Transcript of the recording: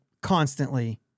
constantly